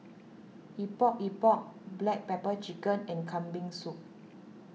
Epok Epok Black Pepper Chicken and Kambing Soup